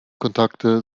kontakte